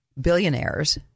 billionaires